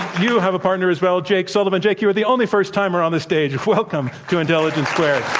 you have a partner as well, jake sullivan. jake, you are the only first-timer on this stage. welcome to intelligence squared.